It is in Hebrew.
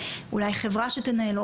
ואולי חברה שתנהל,